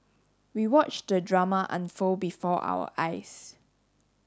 we watched the drama unfold before our eyes